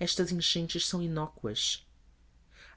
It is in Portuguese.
estas enchentes são inócuas